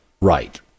right